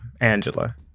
Angela